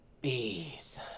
bees